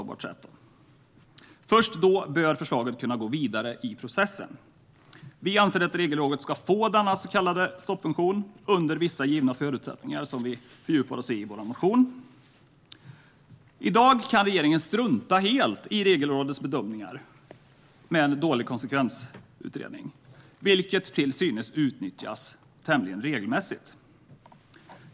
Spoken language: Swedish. Först då bör förslaget gå vidare i processen. Sverigedemokraterna anser att Regelrådet ska få denna så kallade stoppfunktion under vissa givna förutsättningar, vilket vi fördjupar oss i i vår motion. I dag kan regeringen helt strunta i Regelrådets bedömningar av en dålig konsekvensutredning, vilket till synes utnyttjas tämligen regelmässigt.